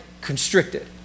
constricted